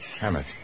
Hammett